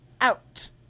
out